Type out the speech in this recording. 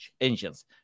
engines